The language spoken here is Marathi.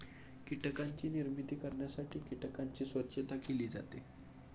कीटकांची निर्मिती करण्यासाठी कीटकांची स्वच्छता केली जाते